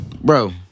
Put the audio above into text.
Bro